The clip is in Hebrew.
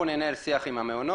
אנחנו ננהל שיח עם המעונות,